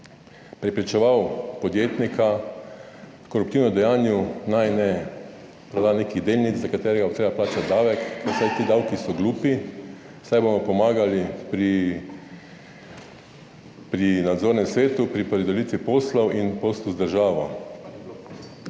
prepričeval podjetnika h koruptivnem dejanju, naj ne proda nekih delnic, za katerega bo treba plačati davek, saj ti davki so gluhi, saj bomo pomagali pri, pri nadzornem svetu, pri podelitvi poslov in poslu z državo.